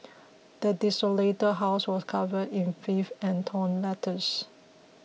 the desolated house was covered in filth and torn letters